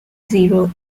zero